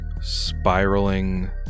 spiraling